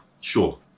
sure